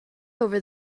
over